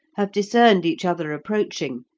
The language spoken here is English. have discerned each other approaching,